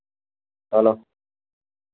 hello